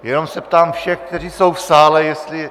Jenom se ptám všech, kteří jsou v sále, jestli...